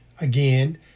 again